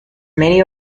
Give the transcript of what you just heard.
many